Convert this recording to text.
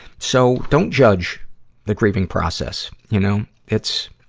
so don't judge the grieving process, you know. it's,